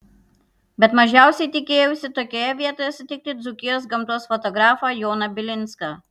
bet mažiausiai tikėjausi tokioje vietoje sutikti dzūkijos gamtos fotografą joną bilinską